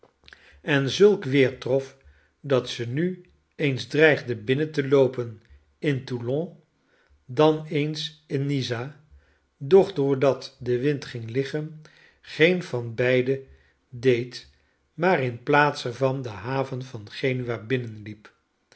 en zulk weer trof dat ze nu eens dreigde binnen te loopen in toulon en dan eens in n i z z a doch doordat de wind ging liggen geen van beide deed maar in plaats er van de haven van qenua